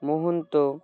Mahanta